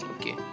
Okay